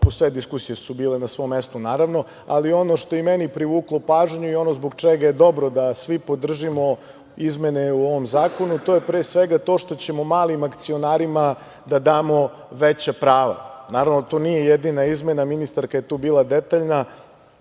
sve diskusije su bile na svom mestu naravno, ali ono što je i meni privuklo pažnju i ono zbog čega je dobro da svi podržimo izmene u ovom zakonu, to je pre svega to što ćemo malim akcionarima da damo veća prava. Naravno, to nije jedina izmena, ministarka je tu bila detaljna,